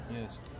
Yes